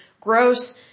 gross